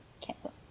Cancel